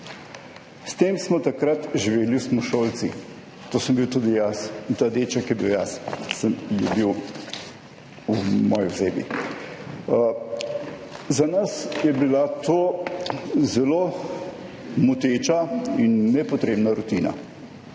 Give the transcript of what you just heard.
S tem smo takrat živeli osnovnošolci. To sem bil tudi jaz in ta deček je bil jaz, je bil v moji osebi. Za nas je bila to zelo moteča in nepotrebna rutina,